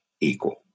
equal